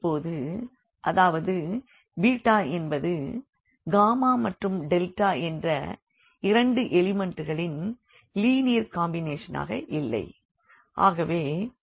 இப்போது அதாவது என்பது மற்றும் என்ற இரண்டு எலிமெண்ட்களின் லீனியர் காம்பினேஷன் ஆக இல்லை